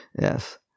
Yes